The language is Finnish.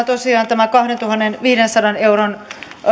tosiaan tämä kahdentuhannenviidensadan euron